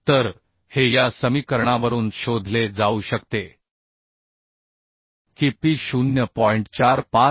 तर हे या समीकरणावरून शोधले जाऊ शकते की p 0